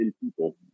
people